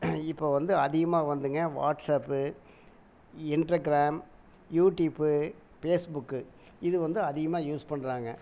இப்போ வந்து அதிகமாக வந்துங்க வாட்ஸப்பு இன்ட்ரகிராம் யூடுயூப்பு பேஸ்புக்கு இது வந்து அதிகமாக யூஸ் பண்ணுறாங்க